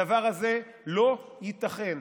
הדבר הזה לא ייתכן.